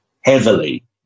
heavily